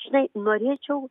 žinai norėčiau